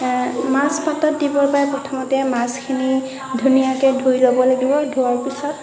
মাছ পাতত দিবলৈ প্ৰথমতে মাছখিনি ধুনীয়াকৈ ধুই ল'ব লাগিব ধোৱাৰ পিছত